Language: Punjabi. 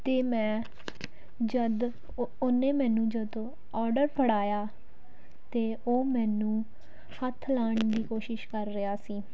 ਅਤੇ ਮੈਂ ਜਦੋਂ ਉ ਉਹਨੇ ਮੈਨੂੰ ਜਦੋਂ ਆਰਡਰ ਫੜਾਇਆ ਤਾਂ ਉਹ ਮੈਨੂੰ ਹੱਥ ਲਗਾਉਣ ਦੀ ਕੋਸ਼ਿਸ਼ ਕਰ ਰਿਹਾ ਸੀ